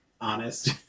honest